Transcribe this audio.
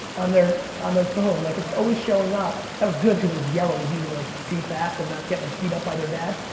on their on their phone, like it's always showing up. that was good, cause it was yellow, it was easy to like see fast and not get like beat up by their dad.